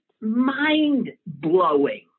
Mind-blowing